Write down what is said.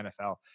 nfl